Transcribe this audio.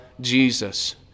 Jesus